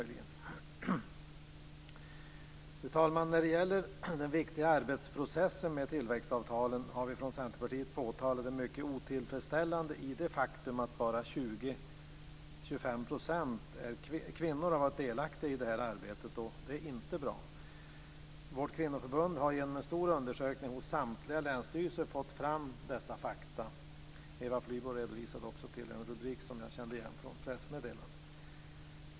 Fru talman! När det gäller den viktiga arbetsprocessen med tillväxtavtalen har vi från Centerpartiet påtalat det mycket otillfredsställande faktum att bara 20-25 % kvinnor har varit delaktiga i det här arbetet. Det är inte bra. Vårt kvinnoförbund har genom en stor undersökning hos samtliga länsstyrelser fått fram dessa fakta. Eva Flyborg hänvisade också till en rubrik som jag kände igen från ett pressmeddelande.